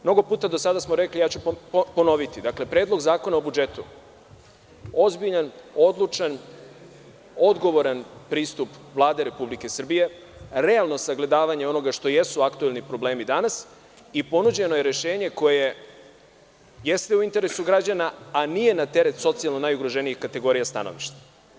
Mnogo puta do sada smo rekli, ponoviću, dakle, Predlog zakona o budžetu, ozbiljan, odlučan, odgovoran pristup Vlade Republike Srbije, realno sagledavanje onoga što jesu aktuelni problemi danas i ponuđeno je rešenje koje jeste u interesu građana, a nije na teret socijalno najugroženijih kategorija stanovništva.